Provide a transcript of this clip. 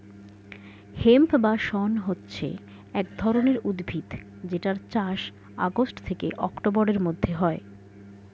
hemp বা শণ হচ্ছে এক ধরণের উদ্ভিদ যেটার চাষ আগস্ট থেকে অক্টোবরের মধ্যে হয়